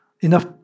enough